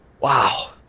Wow